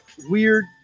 weird